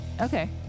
Okay